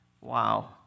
Wow